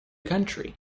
country